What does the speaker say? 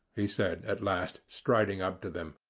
he said at last, striding up to them,